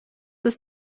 ist